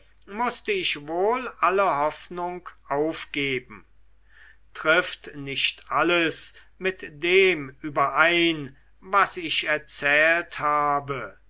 mußte ich wohl alle hoffnung aufgeben trifft nicht alles mit dem überein was ich erzählt habe